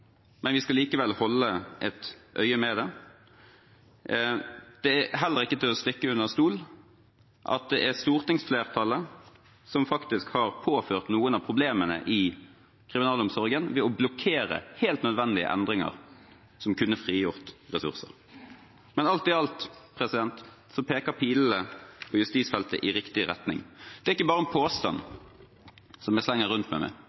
vi skal likevel holde et øye med det. Det er heller ikke til å stikke under stol at det er stortingsflertallet som faktisk har påført kriminalomsorgen noen av problemene ved å blokkere helt nødvendige endringer som kunne frigjort ressurser. Alt i alt peker pilene på justisfeltet i riktig retning. Det er ikke bare en påstand jeg slenger rundt meg med.